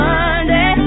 Monday